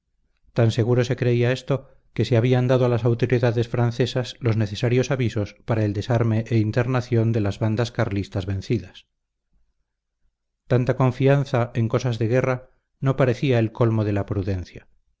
tan seguro se creía esto que se habían dado a las autoridades francesas los necesarios avisos para el desarme e internación de las bandas carlistas vencidas tanta confianza en cosas de guerra no parecía el colmo de la prudencia